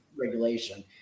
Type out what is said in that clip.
regulation